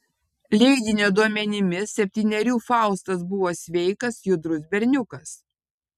leidinio duomenimis septynerių faustas buvo sveikas judrus berniukas